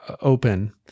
open